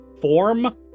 form